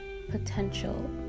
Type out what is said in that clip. Potential